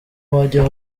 wajya